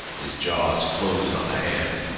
his jaws closed on the hand,